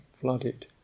flooded